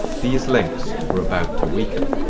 these links were about to weaken.